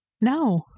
No